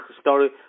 story